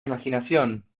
imaginación